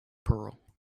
pearl